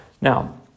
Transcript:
now